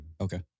Okay